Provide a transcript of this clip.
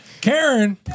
Karen